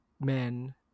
men